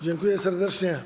Dziękuję serdecznie.